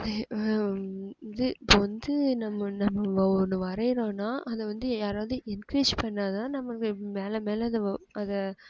இது இப்போது வந்து நம்ம ஒன்று வரையிறோனா அதை வந்து யாராவது என்க்ரேஜ் பண்ணிணாதான் நம்ம மேலே மேலே அதை அதை